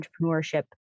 entrepreneurship